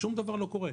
שום דבר לא קורה.